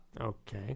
Okay